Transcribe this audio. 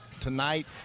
tonight